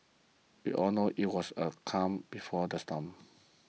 we all knew it was a calm before the storm